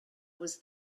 was